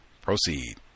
Proceed